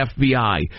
FBI